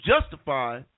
justify